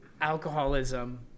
alcoholism